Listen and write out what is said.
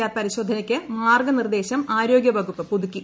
R പരിശോധനയ്ക്ക് മാർഗനിർദ്ദേശം ആരോഗ്യവകുപ്പ് പുതുക്കി